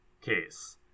case